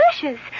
delicious